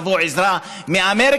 תבוא עזרה מאמריקה.